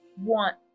Want